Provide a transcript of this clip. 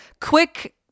quick